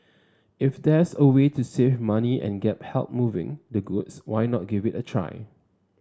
if there's a way to save money and get help moving the goods why not give it a try